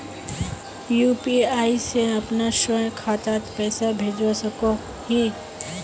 UPI से अपना स्वयं खातात पैसा भेजवा सकोहो ही?